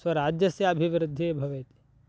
स्वराज्यस्य अभिवृद्धिः भवेत्